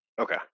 okay